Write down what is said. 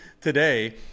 today